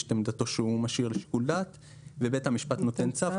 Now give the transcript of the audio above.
את עמדתו שהוא משאיר לשיקול דעת ובית המשפט נותן צו.